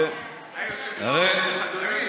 היושב-ראש,